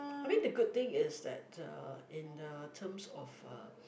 I mean the good thing is that uh in uh terms of a